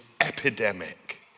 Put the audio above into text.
Epidemic